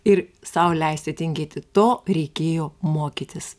ir sau leisti tingėti to reikėjo mokytis